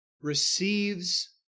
receives